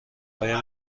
آیا